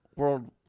World